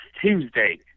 Tuesday